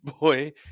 boy